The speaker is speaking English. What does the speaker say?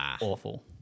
awful